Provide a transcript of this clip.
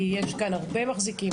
יש כאן הרבה מחזיקים,